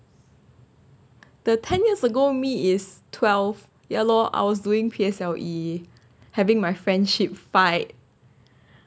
the ten years ago me is twelve ya lor I was doing P_S_L_E having my friendship fight